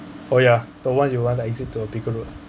oh ya the one you want like exit to a bigger road